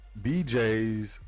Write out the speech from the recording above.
BJ's